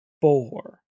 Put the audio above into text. four